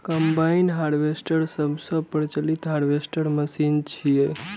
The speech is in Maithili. कंबाइन हार्वेस्टर सबसं प्रचलित हार्वेस्टर मशीन छियै